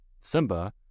Simba